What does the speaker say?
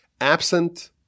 Absent